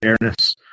fairness